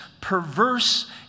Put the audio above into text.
perverse